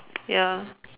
ya